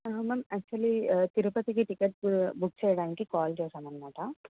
ma'am actually తిరుపతికి tickets book చేయడానికి call చేశామనమాట